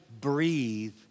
breathe